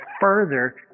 further